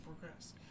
progress